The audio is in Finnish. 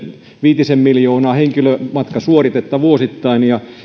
viitisen miljoonaa henkilömatkasuoritetta vuosittain ja